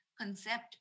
concept